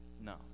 No